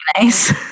nice